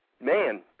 man